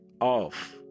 off